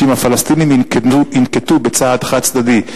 אם הפלסטינים ינקטו צעד חד-צדדי,